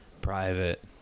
private